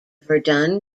verdon